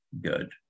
good